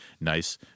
nice